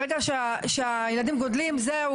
ברגע שהילדים גדלים זהו,